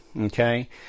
okay